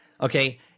okay